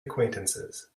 acquaintances